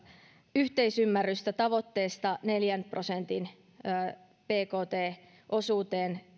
yhteisymmärrystä tki menojen neljän prosentin bkt osuuden